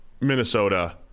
Minnesota